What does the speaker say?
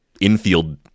infield